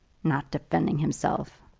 not defending himself!